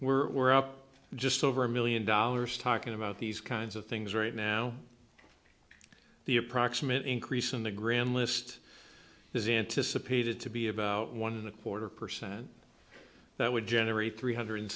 so we're up just over a million dollars talking about these kinds of things right now the approximate increase in the grand list is anticipated to be about one and a quarter percent that would generate three hundred